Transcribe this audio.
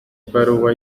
amabaruwa